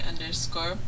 underscore